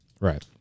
right